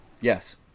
Yes